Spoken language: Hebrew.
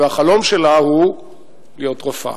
והחלום שלה הוא להיות רופאה.